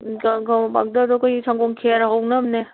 ꯄꯥꯎꯗꯔꯗꯣ ꯑꯩꯈꯣꯏꯒꯤ ꯁꯪꯒꯣꯝ ꯈꯦꯔ ꯍꯧꯅꯕꯅꯦ